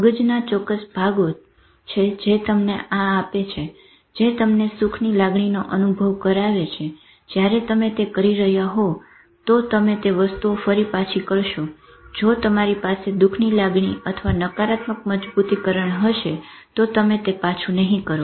મગજના ચોક્કસ ભાગો છે જે તમને આ આપે છે જે તમને સુખની લાગણીનો અનુભવ કરાવે છે જયારે તમે તે કરી રહ્યા હોવ તો તમે તે વસ્તુઓ ફરી પછી કરશો જો તમારી પાસે દુઃખદ લાગણી અથવા નકારાત્મક મજબુતીકરણ હશે તો તમે તે પાછું નહી કરો